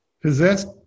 possessed